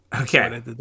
Okay